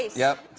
yeah.